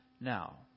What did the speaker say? Now